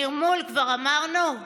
נרמול, כבר אמרנו?